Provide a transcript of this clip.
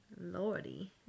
Lordy